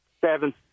Seven